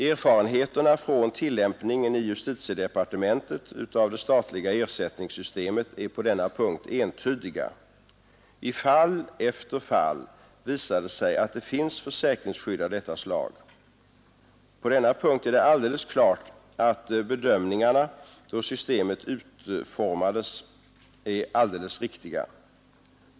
Erfarenheterna från tillämpningen i justitiedepartementet av det statliga ersättningssystemet är på denna punkt entydiga. I fall efter fall visar det sig att det finns försäkringsskydd av detta slag. På denna punkt är det alldeles klart att bedömningarna som gjordes då systemet utformades är alldeles riktiga.